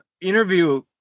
interview